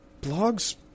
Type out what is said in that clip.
blog's